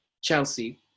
Chelsea